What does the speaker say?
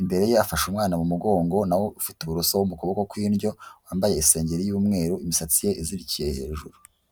Imbere ye afashe umwana mu mugongo na we ufite uburoso mu kuboko kw'indyo, wambaye isengeri y'umweru, imisatsi ye izirikiye hejuru.